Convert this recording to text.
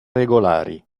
regolari